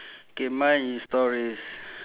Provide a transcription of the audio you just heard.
K mine is stories